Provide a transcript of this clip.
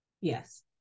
Yes